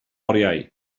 oriau